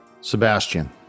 Sebastian